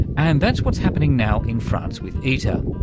and that's what's happening now in france with iter.